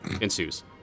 ensues